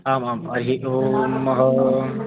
आम् आम् अहि ओं नमः